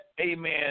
amen